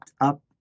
up